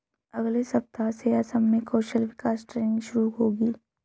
अगले सप्ताह से असम में कौशल विकास ट्रेनिंग शुरू होगी